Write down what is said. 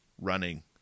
running